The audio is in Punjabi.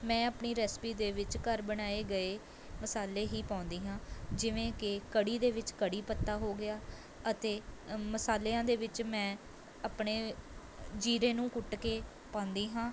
ਮੈਂ ਆਪਣੀ ਰੈਸਿਪੀ ਦੇ ਵਿੱਚ ਘਰ ਬਣਾਏ ਗਏ ਮਸਾਲੇ ਹੀ ਪਾਉਂਦੀ ਹਾਂ ਜਿਵੇਂ ਕਿ ਕੜ੍ਹੀ ਦੇ ਵਿੱਚ ਕੜ੍ਹੀ ਪੱਤਾ ਹੋ ਗਿਆ ਅਤੇ ਮਸਾਲਿਆਂ ਦੇ ਵਿੱਚ ਮੈਂ ਆਪਣੇ ਜ਼ੀਰੇ ਨੂੰ ਕੁੱਟ ਕੇ ਪਾਉਂਦੀ ਹਾਂ